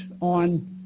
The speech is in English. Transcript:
on